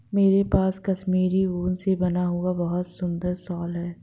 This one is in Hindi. मेरे पास कश्मीरी ऊन से बना हुआ बहुत सुंदर शॉल है